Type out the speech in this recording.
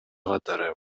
катары